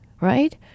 right